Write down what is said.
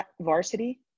varsity